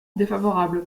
défavorable